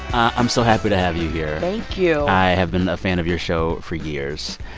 i'm so happy to have you here thank you i have been a fan of your show for years.